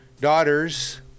daughters